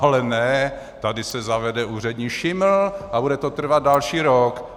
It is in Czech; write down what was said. Ale ne, tady se zavede úřední šiml a bude to trvat další rok.